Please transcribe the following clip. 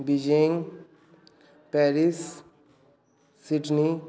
Beijing Paris Sydney